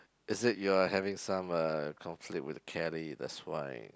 is it you're having some uh conflict with Kelly that's why